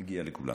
זה מגיע לכולם.